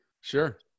sure